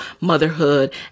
motherhood